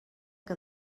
que